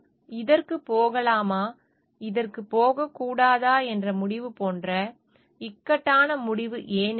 எனவே நாம் இதற்குப் போகலாமா இதற்குப் போகக் கூடாதா என்பது போன்ற ஒரு இக்கட்டான முடிவு